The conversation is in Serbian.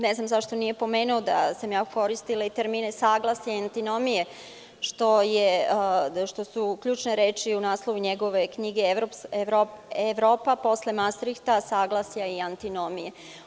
Ne znam zašto nije pomenuo da sam koristila i termine – saglasje antinomije, što su ključne reči u naslovu njegove knjige „Evropa posle Mastrihta – saglasja i antinomije“